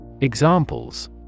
Examples